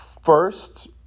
First